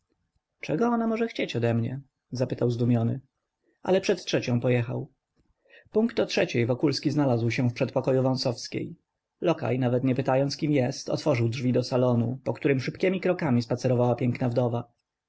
czego ona może chcieć odemnie zapytał zdumiony ale przed trzecią pojechał punkt o trzeciej wokulski znalazł się w przedpokoju wąsowskiej lokaj nawet nie pytając kim jest otworzył drzwi do salonu po którym szybkiemi krokami spacerowała piękna wdowa była w